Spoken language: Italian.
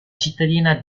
cittadina